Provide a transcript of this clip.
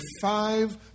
five